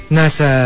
nasa